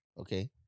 okay